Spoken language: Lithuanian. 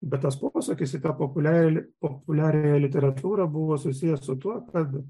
bet tas posūkis į tą populiarią populiariąją literatūrą buvo susiję su tuo kad